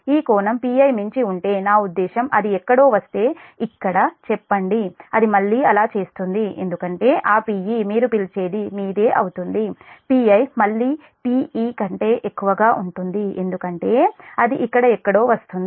ఈ కోణం Pi మించి ఉంటే నా ఉద్దేశ్యం అది ఎక్కడో వస్తే ఇక్కడ చెప్పండి అది మళ్ళీ అలా చేస్తుంది ఎందుకంటే ఆ Pe మీరు పిలిచేది మీదే అవుతుంది Pi మళ్ళీ మీ Pe కంటే ఎక్కువగా ఉంటుంది ఎందుకంటే అది ఇక్కడ ఎక్కడో వస్తుంది